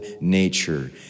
nature